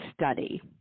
Study